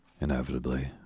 inevitably